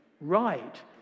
right